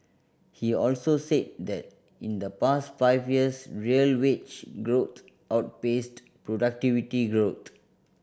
he also said that in the past five years real wage growth outpaced productivity growth